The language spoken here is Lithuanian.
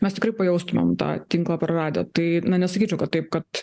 mes tikrai pajaustumėm tą tinklą praradę tai na nesakyčiau kad taip kad